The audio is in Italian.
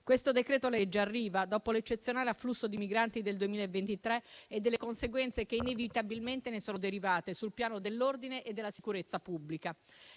Il decreto-legge in esame arriva dopo l'eccezionale afflusso di migranti del 2023, con le conseguenze che inevitabilmente ne sono derivate sul piano dell'ordine e della sicurezza pubblica.